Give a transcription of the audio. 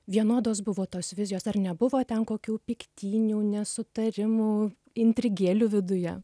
vienodos buvo tos vizijos ar nebuvo ten kokių piktynių nesutarimų intrigėlių viduje